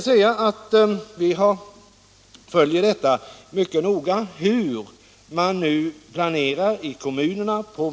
Vi följer mycket noga hur man nu planerar i kommunerna.